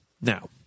now